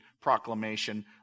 Proclamation